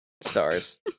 Stars